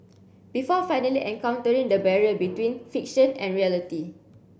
before finally encountering the barrier between fiction and reality